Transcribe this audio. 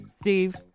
Steve